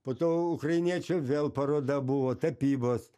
po to ukrainiečių vėl paroda buvo tapybos